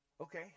okay